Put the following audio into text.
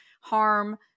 harm